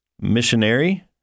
missionary